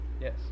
Yes